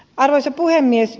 arvoisa puhemies